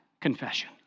confession